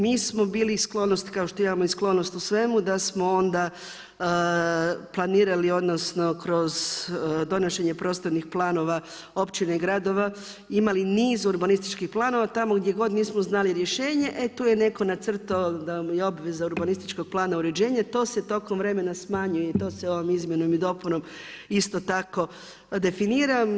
Mi smo bili sklonosti kao što imamo i sklonost u svemu da smo onda planirali, odnosno kroz donošenje prostornih planova općina i gradova imali niz urbanističkih planova, tamo gdje god nismo znali rješenje e tu je netko nacrtao da mu je obveza urbanističkog plana uređenje, to se tokom vremena smanjuje i to se ovom izmjenom i dopunom isto tako definira.